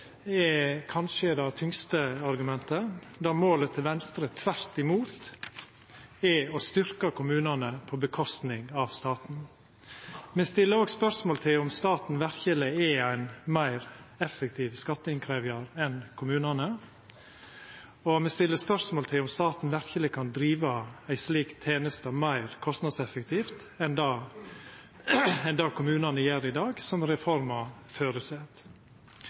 er kanskje det tyngste argumentet, då målet til Venstre tvert imot er å styrkja kommunane på kostnad av staten. Me stiller òg spørsmål om staten verkeleg er ein meir effektiv skatteinnkrevjar enn kommunane, og me stiller spørsmål om staten verkeleg kan driva ei slik teneste meir kostnadseffektivt enn det kommunane gjer i dag, som reforma føreset.